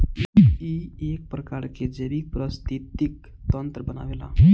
इ एक प्रकार के जैविक परिस्थितिक तंत्र बनावेला